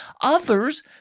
Others